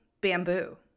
bamboo